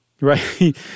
Right